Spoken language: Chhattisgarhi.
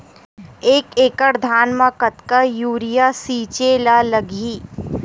एक एकड़ धान में कतका यूरिया छिंचे ला लगही?